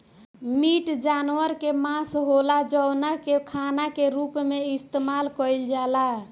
meat जानवर के मांस होला जवना के खाना के रूप में इस्तेमाल कईल जाला